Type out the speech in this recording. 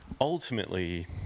ultimately